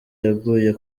yaguye